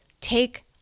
take